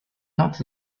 not